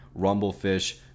Rumblefish